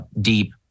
deep